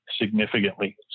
significantly